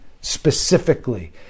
specifically